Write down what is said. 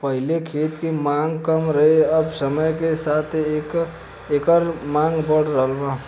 पहिले खेत के मांग कम रहे अब समय के साथे एकर मांग बढ़ रहल बा